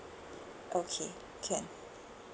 okay can